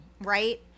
right